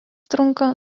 trunka